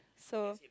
so